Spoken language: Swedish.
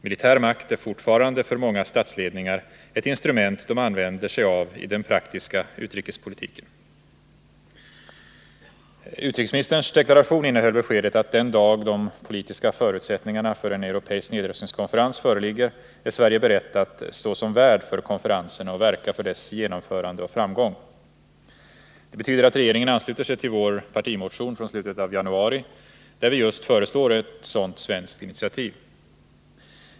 Militär makt är fortfarande för många statsledningar ett instrument de använder sig av i den praktiska utrikespolitiken. Utrikesministerns deklaration innehöll följande besked: ”Den dag de politiska förutsättningarna för en europeisk nedrustningskonferens föreligger är Sverige berett att stå som värd för konferensen och verka för dess genomförande och framgång.” Det betyder att regeringen ansluter sig till vår partimotion, motion 1130, från slutet av januari, där vi just föreslår ett sådant svenskt initiativ.